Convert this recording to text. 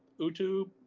YouTube